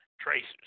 tracers